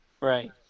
Right